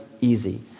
easy